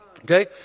Okay